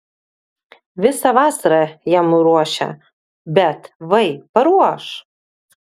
visą vasarą jam ruošia bet vai paruoš